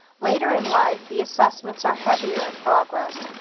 later in life, the assessments are heavier in progress,